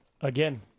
again